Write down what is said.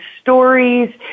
stories